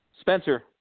Spencer